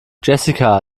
jessica